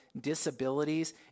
disabilities